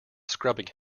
scrubbing